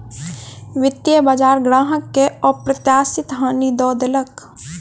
वित्तीय बजार ग्राहक के अप्रत्याशित हानि दअ देलक